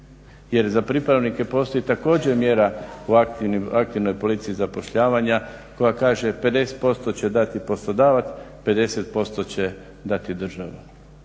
Jer za pripravnike postoji također mjera u aktivnoj politici zapošljavanja koja kaže 50% će dati poslodavac, 50% će dati država.